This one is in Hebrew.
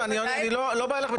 אני לא בא אלייך בטענות.